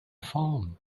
farm